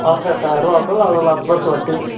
மாதம் எட்டாயிரம் ரூபா அசல் அதில் பிளஸ் வட்டி